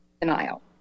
denial